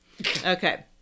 Okay